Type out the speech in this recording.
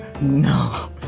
No